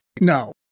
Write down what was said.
no